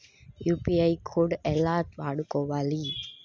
UPI code ఎలా వాడుకోవాలి?